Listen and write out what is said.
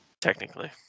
technically